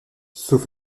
sauf